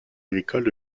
agricoles